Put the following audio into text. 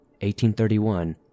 1831